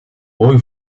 mooi